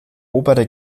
obere